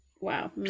wow